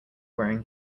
wearing